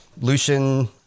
Lucian